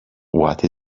what